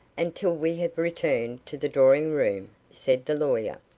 until we have returned to the drawing-room, said the lawyer.